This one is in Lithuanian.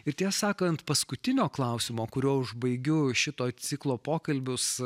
ir tiesą sakant paskutinio klausimo kuriuo užbaigiu šito ciklo pokalbius